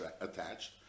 attached